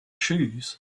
shoes